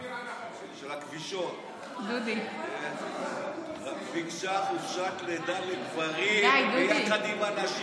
הכבישות ביקשה חופשת לידה לגברים עם הנשים